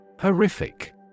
Horrific